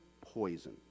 poison